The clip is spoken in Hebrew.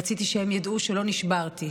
רציתי שהם ידעו שלא נשברתי,